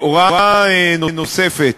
הוראה נוספת,